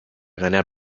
ganar